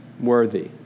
worthy